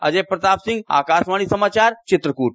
अजय प्रताप सिंह आकाशवाणी समाचार चित्रकूट